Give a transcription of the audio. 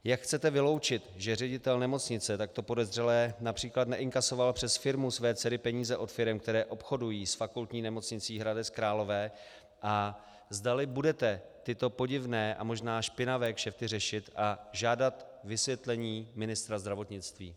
Jak chcete vyloučit, že ředitel nemocnice takto podezřelé například neinkasoval přes firmu své dcery peníze od firem, které obchodují s fakultní nemocnicí Hradec Králové, a zdali budete tyto podivné a možná špinavé kšefty řešit a žádat vysvětlení ministra zdravotnictví.